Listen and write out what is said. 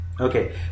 Okay